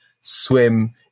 swim